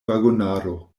vagonaro